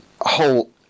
whole